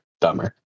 dumber